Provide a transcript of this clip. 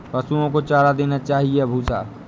पशुओं को चारा देना चाहिए या भूसा?